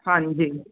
ਹਾਂਜੀ